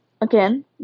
again